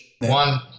One